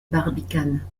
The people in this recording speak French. barbicane